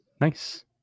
Nice